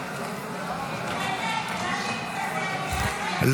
להעביר לוועדה את הצעת חוק-יסוד: מניעת חקיקה